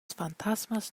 fantasmas